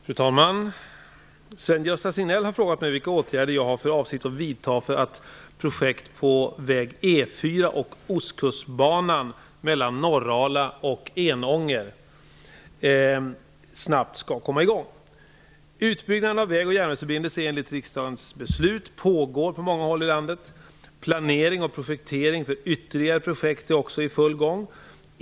Fru talman! Sven-Gösta Signell har frågat mig vilka åtgärder jag har för avsikt att vidta för att projekt på väg E 4 och Ostkustbanan mellan Norrala och Enånger snabbt skall kunna komma i gång. Utbygganden av väg och järnvägsförbindelser enligt riksdagsbeslut pågår på många håll i landet. Planering och projektering för ytterligare projekt är också i full gång.